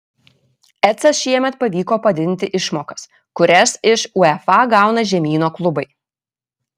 eca šiemet pavyko padidinti išmokas kurias iš uefa gauna žemyno klubai